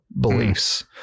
beliefs